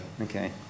Okay